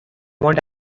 one